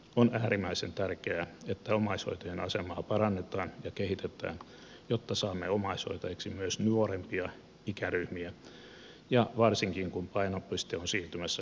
on äärimmäisen tärkeää että omaishoitajan asemaa parannetaan ja kehitetään jotta saamme omaishoitajiksi myös nuorempia ikäryhmiä varsinkin kun painopiste on siirtymässä kotihoitoon